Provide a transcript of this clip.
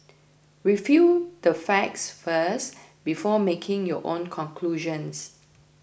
review the facts first before making your own conclusions